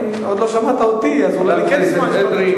עוד לא שמעת אותי, אז אולי אני כן אשמח בתשובה.